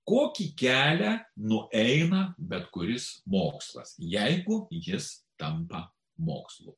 kokį kelią nueina bet kuris mokslas jeigu jis tampa mokslu